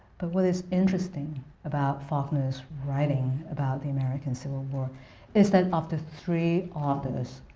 but what is interesting about faulkner's writing about the american civil war is that of the three authors,